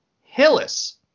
Hillis